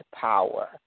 power